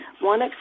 One